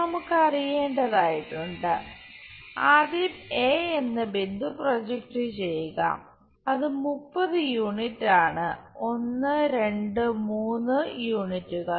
നമുക്ക് അറിയേണ്ടതായിട്ടുണ്ട് ആദ്യം എ എന്ന ബിന്ദു പ്രൊജക്റ്റ് ചെയ്യുക അത് 30 യൂണിറ്റ് ആണ് 1 2 3 യൂണിറ്റ്സ്